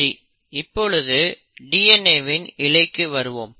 சரி இப்பொழுது DNA வின் இழைக்கு வருவோம்